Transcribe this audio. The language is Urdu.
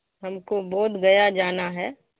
ہم کو بودھ گیا جانا ہے